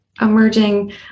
emerging